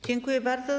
Dziękuję bardzo.